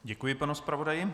Děkuji panu zpravodaji.